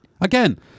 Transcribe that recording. Again